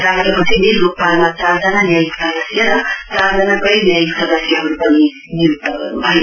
राष्ट्रपतिले लोकपालमा चारजना न्याचिक सदस्य र चारजना गैर न्यायिक सदस्यहरु पनि नियुक्त गर्नु भयो